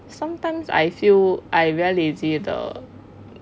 sometimes I feel I very lazy the